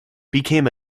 became